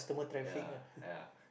ya ya